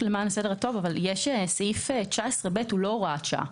למען הסדר הטוב, סעיף 19(ב) הוא לא הוראת שעה.